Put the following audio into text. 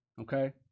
Okay